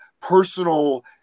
personal